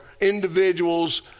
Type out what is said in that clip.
individuals